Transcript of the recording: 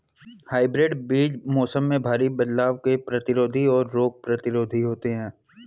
hybrid बीज मौसम में भारी बदलाव के प्रतिरोधी और रोग प्रतिरोधी होते हैं